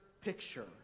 picture